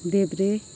देब्रे